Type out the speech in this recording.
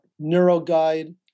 NeuroGuide